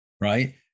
right